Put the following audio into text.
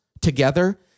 together